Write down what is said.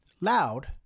loud